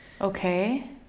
Okay